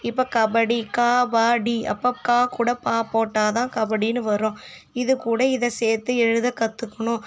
இப்போ கபடி க ப டி அப்ப க கூட பா போட்டா தான் கபடினு வரும் இதை கூட இதை சேர்த்து எழுத கத்துக்கணும்